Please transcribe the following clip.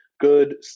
good